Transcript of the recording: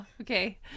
Okay